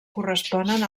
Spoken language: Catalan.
corresponen